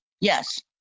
Yes